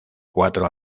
cuatro